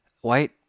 white